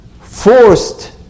forced